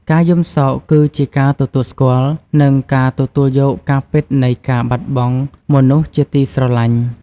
ការយំសោកគឺជាការទទួលស្គាល់ និងការទទួលយកការពិតនៃការបាត់បង់មនុស្សជាទីស្រឡាញ់។